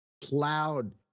plowed